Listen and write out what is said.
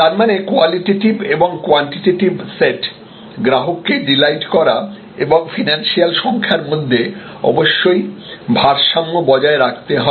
তারমানে কোয়ালিটেটিভ এবং quantitative set গ্রাহককে ডিলাইট করা এবং ফিনান্সিয়াল সংখ্যার মধ্যে অবশ্যই ভারসাম্য বজায় রাখতে হবে